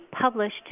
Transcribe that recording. published